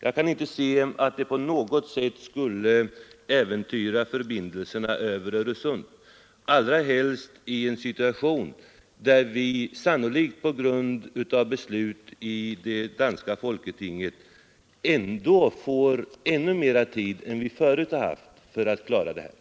Jag kan inte se att detta på något sätt skulle äventyra förbindelserna över Öresund, allra helst inte i en situation där vi sannolikt, på grund av beslut i det danska folketinget, får ännu mera tid än vi förut haft för att lösa problemen.